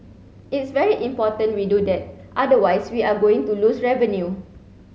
it's very important we do that otherwise we are going to lose revenue